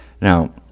Now